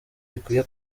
bikwiye